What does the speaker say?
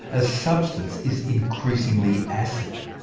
a substance is increasingly acid.